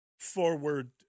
forward